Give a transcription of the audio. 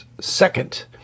Second